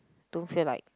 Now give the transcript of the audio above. don't feel like